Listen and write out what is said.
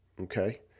Okay